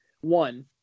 one